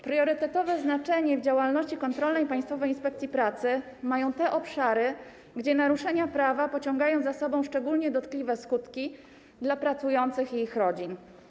Priorytetowe znaczenie w działalności kontrolnej Państwowej Inspekcji Pracy mają te obszary, gdzie naruszenia prawa pociągają za sobą szczególnie dotkliwe skutki dla pracujących i ich rodzin.